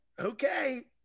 Okay